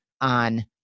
on